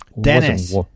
Dennis